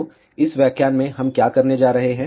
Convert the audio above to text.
तो इस व्याख्यान में हम क्या करने जा रहे हैं